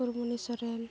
Sukurmoni Soren